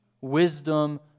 wisdom